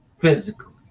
physically